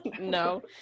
No